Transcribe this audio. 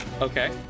Okay